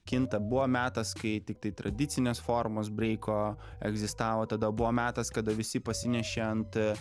kinta buvo metas kai tiktai tradicinės formos breiko egzistavo tada buvo metas kada visi pasinešė ant